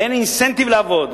אין אינסנטיב לעבוד.